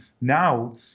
now